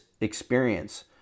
experience